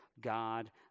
God